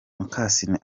mukasine